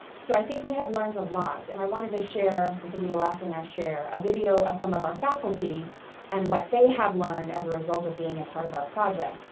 so i think we have learned a lot. and i wanted to share, this will be the last the thing i share, a video of some of our faculty and what they have learned as a result of being part of our project.